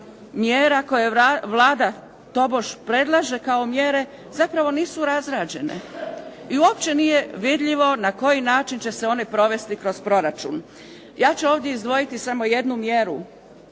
mjera koje Vlada tobože predlaže kao mjere zapravo nisu razrađene i uopće nije vidljivo na koji način će se one provesti kroz proračun. Ja ću ovdje izdvojiti samo jednu mjeru.